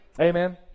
Amen